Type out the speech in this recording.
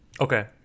Okay